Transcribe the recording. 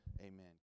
Amen